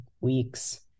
weeks